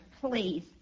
Please